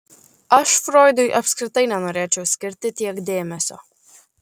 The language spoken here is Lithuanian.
aš froidui apskritai nenorėčiau skirti tiek dėmesio